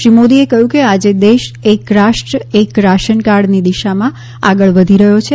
શ્રી મોદીએ કહ્યું કે આજે દેશ એક રાષ્ટ્ર એક રાશન કાર્ડની દિશામાં આગાળ વધી રહ્યા છે